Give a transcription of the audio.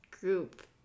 group